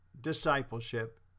discipleship